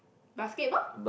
basketball